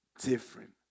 different